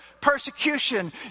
persecution